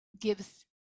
gives